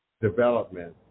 development